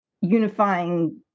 unifying